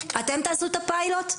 אתם תעשו את הפיילוט?